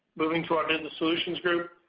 moving to our business solutions group,